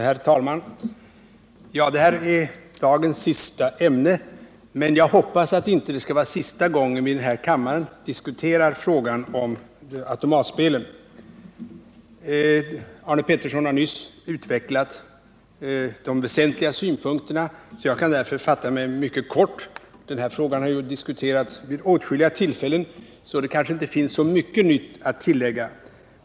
Herr talman! Det här är dagens sista ämne, men jag hoppas att det inte skall vara sista gången vi i denna kammare diskuterar frågan om automatspelen. Arne Pettersson har nyss utvecklat de väsentliga synpunkterna, och jag kan därför fatta mig mycket kort. Frågan har ju diskuterats vid åtskilliga tillfällen, så det kanske inte finns mycket nytt att tillägga.